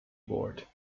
board